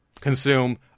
consume